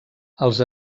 els